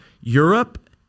Europe